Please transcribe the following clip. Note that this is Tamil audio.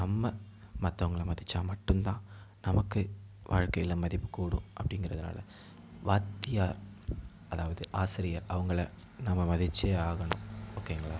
நம்ம மத்தவங்களை மதித்தா மட்டும் தான் நமக்கு வாழ்க்கையில் மதிப்பு கூடும் அப்பிடிங்கிறதுனால வாத்தியார் அதாவது ஆசிரியர் அவங்கள நம்ம மதித்தே ஆகணும் ஓகேங்களா